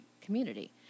community